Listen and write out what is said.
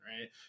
right